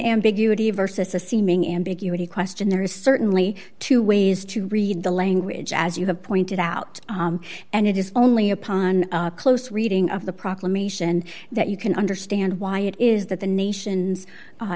ambiguity versus a seeming ambiguity question there is certainly two ways to read the language as you have pointed out and it is only upon close reading of the proclamation that you can understand why it is that the nation's